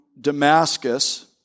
Damascus